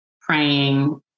praying